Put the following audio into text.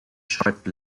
short